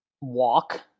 walk